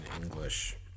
English